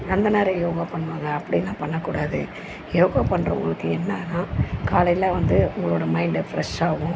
அந்த நேரம் யோகா பண்ணுவாங்க அப்படிலாம் பண்ணக்கூடாது யோகா பண்ணுறோங்களுக்கு என்னென்னா காலையில் வந்து உங்களோடய மைண்டு ஃப்ரெஷ்ஷாக ஆகும்